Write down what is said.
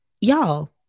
y'all